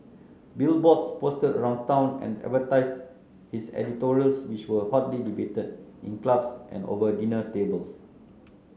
billboards posted around town advertised his editorials which were hotly debated in clubs and over dinner tables